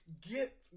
get